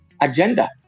agenda